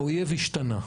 האויב השתנה.